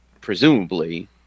presumably